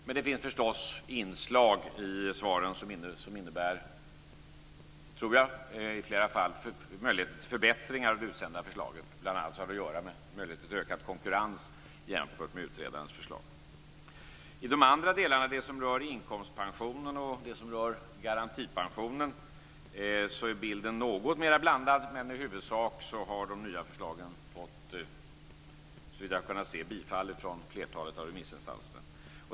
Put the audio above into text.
Men det finns förstås inslag i svaren som innebär i flera fall möjligheter till förbättringar av förslaget, bl.a. har det att göra med möjligheten till ökad konkurrens jämfört med utredarens förslag. I de andra delarna, de som rör inkomstpensionen och garantipensionen, är bilden något mera blandad. I huvudsak har de nya förslagen fått, såvitt jag kunnat se, bifall från flertalet remissinstanser.